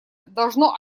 должно